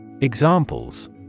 Examples